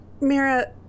Mira